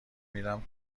میرم